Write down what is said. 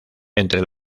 entre